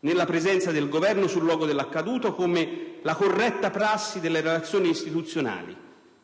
nella presenza del Governo sul luogo dell'accaduto come la corretta prassi delle relazioni istituzionali,